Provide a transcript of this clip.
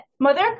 Mother